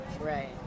Right